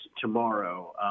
tomorrow